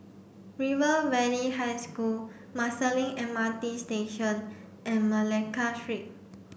River Valley High School Marsiling M R T Station and Malacca Street